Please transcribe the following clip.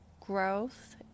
growth